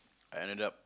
I ended up